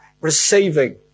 receiving